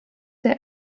der